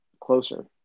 closer